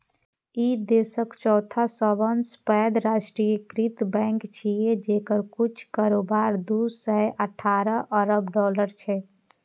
ई देशक चौथा सबसं पैघ राष्ट्रीयकृत बैंक छियै, जेकर कुल कारोबार दू सय अठारह अरब डॉलर छै